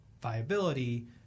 viability